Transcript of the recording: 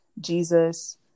jesus